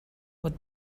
would